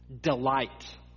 Delight